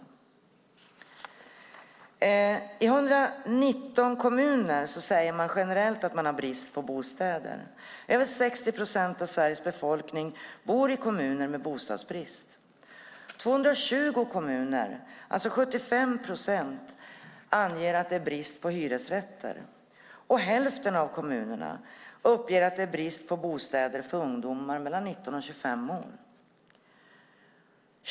I 119 kommuner säger man generellt att man har brist på bostäder. Över 60 procent av Sveriges befolkning bor i kommuner med bostadsbrist. 220 kommuner, det vill säga 75 procent, anger att det är brist på hyresrätter. Hälften av kommunerna uppger att det är brist på bostäder för ungdomar mellan 19 och 25 år.